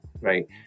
right